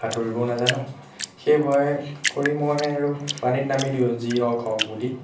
সাঁতুৰিবও নাজানোঁ সেই ভয় কৰি মই আৰু পানীত নামিলোঁ যি হওক হওক বুলি